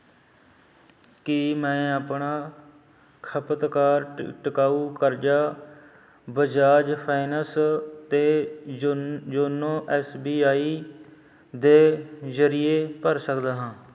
ਕੀ ਮੈਂ ਆਪਣਾ ਖਪਤਕਾਰ ਟਿ ਟਿਕਾਊ ਕਰਜ਼ਾ ਬਜਾਜ ਫਾਈਨੈਂਸ 'ਤੇ ਯੋਨ ਯੋਨੋ ਐਸ ਬੀ ਆਈ ਦੇ ਜ਼ਰੀਏ ਭਰ ਸਕਦਾ ਹਾਂ